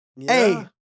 hey